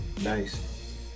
Nice